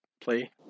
play